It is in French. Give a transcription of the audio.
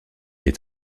est